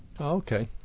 Okay